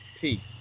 Peace